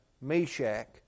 Meshach